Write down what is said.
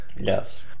Yes